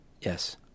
yes